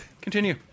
continue